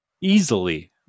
easily